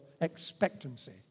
expectancy